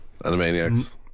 Animaniacs